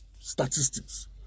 statistics